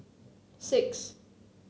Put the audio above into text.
six